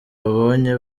babonye